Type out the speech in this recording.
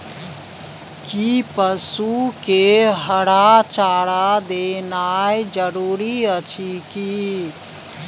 कि पसु के हरा चारा देनाय जरूरी अछि की?